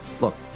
look